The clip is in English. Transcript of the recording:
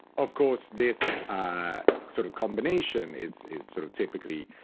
of course, this sort of combination is is sort of typically